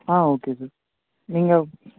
ஆ okay sir நீங்கள்